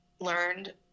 learned